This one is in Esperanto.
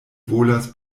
volas